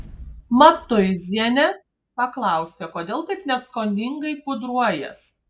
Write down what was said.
matuizienė paklausė kodėl taip neskoningai pudruojies